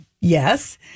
yes